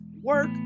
work